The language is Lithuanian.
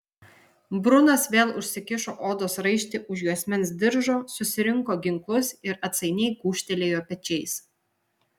brunas vėl užsikišo odos raištį už juosmens diržo susirinko ginklus ir atsainiai gūžtelėjo pečiais